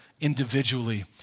individually